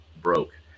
broke